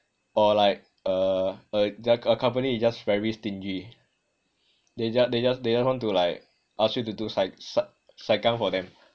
or like (ih) a company is just very stingy they just they just they just want to like ask you to do sai~ sai~ saikang for them